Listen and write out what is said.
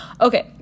Okay